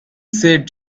said